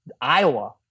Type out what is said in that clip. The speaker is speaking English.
Iowa